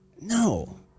no